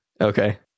Okay